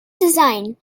design